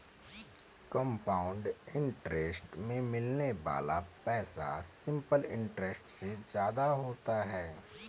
compound interest में मिलने वाला पैसा सिंपल इंटरेस्ट से ज्यादा होता है